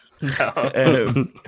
No